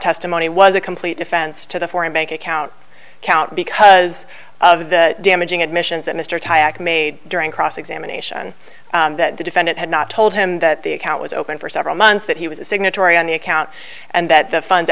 testimony was a complete defense to the foreign bank account count because of the damaging admissions that mr made during cross examination that the defendant had not told him that the account was open for several months that he was a signatory on the account and that the fun